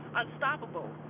unstoppable